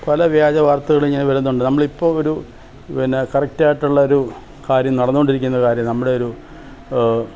പല വ്യാജ വാർത്തകളുമിങ്ങനെ വരുന്നുണ്ട് നമ്മളിപ്പെോള് ഒരു പിന്നെ കറക്റ്റായിട്ടുള്ളൊരു കാര്യം നടന്നുകൊണ്ടിരിക്കുന്നൊരു കാര്യം നമ്മുടെ ഒരു